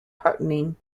partnering